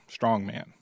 strongman